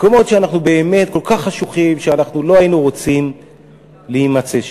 מקומות כל כך חשובים שאנחנו לא היינו רוצים להימצא בהם.